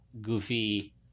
goofy